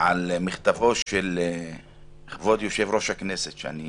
על מכתבו של כבוד יושב-ראש הכנסת, שאני